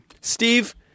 Steve